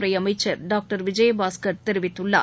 துறை அமைச்சர் டாக்டர் விஜயபாஸ்கர் தெரிவித்துள்ளார்